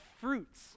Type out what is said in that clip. fruits